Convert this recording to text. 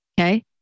Okay